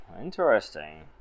Interesting